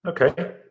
Okay